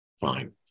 fine